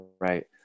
Right